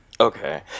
Okay